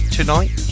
tonight